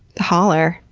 holler.